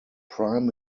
prime